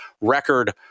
record